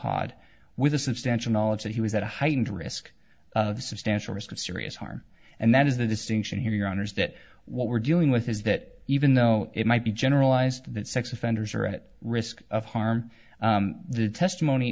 cod with a substantial knowledge that he was at a heightened risk of substantial risk of serious harm and that is the distinction here honors that what we're dealing with is that even though it might be generalized that sex offenders are at risk of harm the testimony